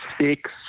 six